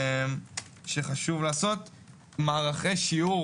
מערכי שיעור